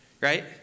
Right